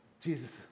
Jesus